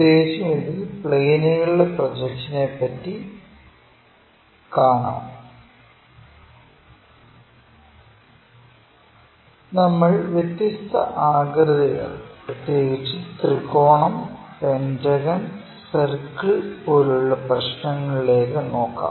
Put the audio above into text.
പ്രത്യേകിച്ചും ഇതിൽ പ്ളേനുകളുടെ പ്രൊജക്ഷനെ പറ്റി കാണാം നമ്മൾ വ്യത്യസ്ത ആകൃതികൾ പ്രത്യേകിച്ച് ത്രികോണം പെന്റഗൺ സർക്കിൾ പോലുള്ള പ്രശ്നങ്ങളിലേക്ക് നോക്കാം